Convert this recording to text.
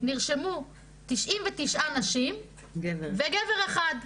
נרשמו 99 נשים וגבר אחד.